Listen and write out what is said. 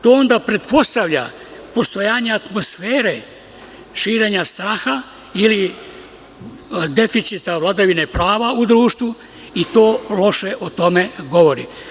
To onda pretpostavlja postojanje atmosfere širenja straha, ili deficita vladavine prava u društvu i to loše o tome govori.